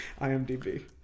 imdb